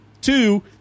Two